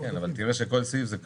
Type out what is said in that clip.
כן אבל תראה שכל סעיף זה כלום.